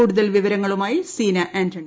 കൂടുതൽ വിവരങ്ങളുമായി സീന ആന്റണി